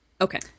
Okay